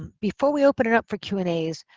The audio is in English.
before we open it up for q and as,